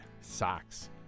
socks